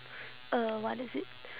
uh what is it